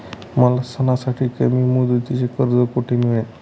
मला सणासाठी कमी मुदतीचे कर्ज कोठे मिळेल?